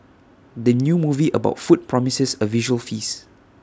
the new movie about food promises A visual feast